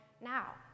now